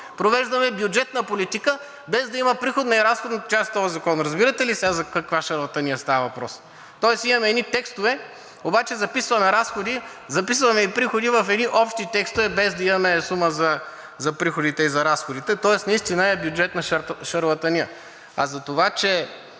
провеждаме бюджетна политика, без да има приходна и разходна част този закон. Разбирате ли сега за каква шарлатания става въпрос? Имаме едни текстове, обаче записваме разходи, записваме и приходи в едни общи текстове, без да имаме сума за приходите и за разходите, тоест наистина е бюджетна шарлатания. А за това, че